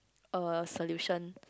a solution